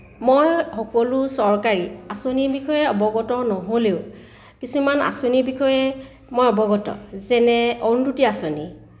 মই সকলো চৰকাৰী আঁচনিৰ বিষয়ে অৱগত নহ'লেও কিছুমান আঁচনিৰ বিষয়ে মই অৱগত যেনে অৰুন্ধতী আঁচনি